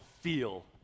feel